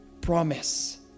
promise